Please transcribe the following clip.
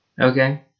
Okay